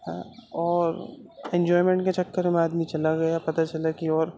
اور انجوائمنٹ کے چکر میں آدمی چلا گیا پتا چلا کہ اور